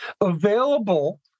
available